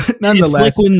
nonetheless